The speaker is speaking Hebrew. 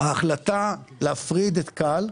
ההחלטה להפריד את כאן,